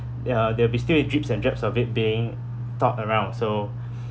ya they'll be still it drips and drabs of it being taught around so